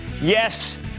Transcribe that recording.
Yes